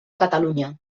catalunya